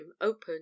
opened